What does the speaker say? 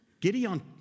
Gideon